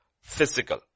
physical